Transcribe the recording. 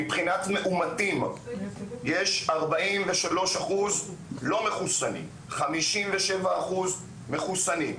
מבחינת מאומתים יש 43% לא מחוסנים, 57% מחוסנים.